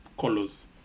colors